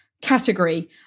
category